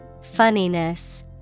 Funniness